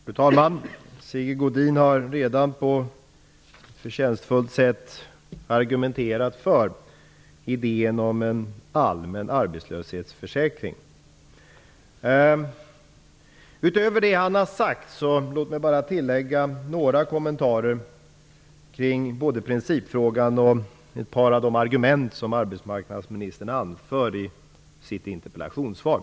Fru talman! Sigge Godin har redan på förtjänstfullt sätt argumenterat för idén om en allmän arbetslöshetsförsäkring. Låt mig utöver det han har sagt bara tillägga några kommentarer kring principfrågan och ett par av de argument som arbetsmarknadsministern anför i sitt interpellationssvar.